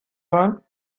sein